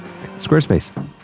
Squarespace